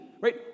right